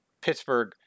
Pittsburgh